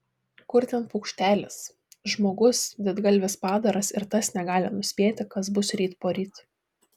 kur ten paukštelis žmogus didgalvis padaras ir tas negali nuspėti kas bus ryt poryt